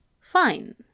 fine